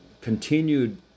continued